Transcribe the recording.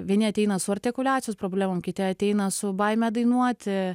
vieni ateina su artikuliacijos problemom kiti ateina su baime dainuoti